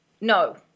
no